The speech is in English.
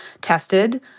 tested